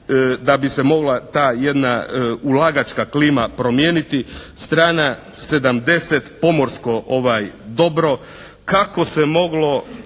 da bi se mogla ta jedna ulagačka klima promijeniti. Strana 70. pomorsko dobro. Kako se moglo